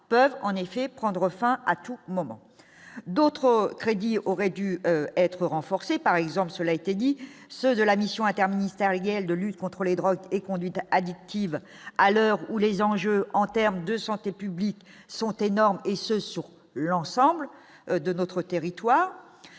peuvent en effet prendre fin à tout moment d'autres crédits, aurait dû être renforcée, par exemple, cela été dit, ceux de la Mission interministérielle de lutte contre les drogues et conduite addictive à l'heure où les enjeux en terme de santé publique sont énormes et ce sur l'ensemble de notre territoire